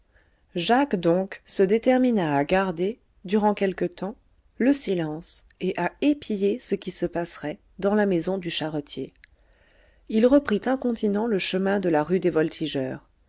jacques donc se détermina à garder durant quelque temps le silence et à épier ce qui se passerait dans la maison du charretier il reprit incontinent le chemin de la rue des voltigeurs